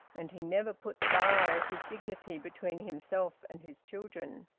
and he never put the bar of his dignity between himself and his children.